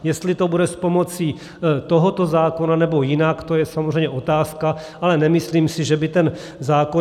Jestli to bude s pomocí tohoto zákona, nebo jinak, to je samozřejmě otázka, ale nemyslím si, že by ten zákon...